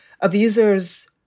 abusers